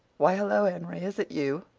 why, hello, henry is it you?